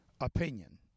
opinion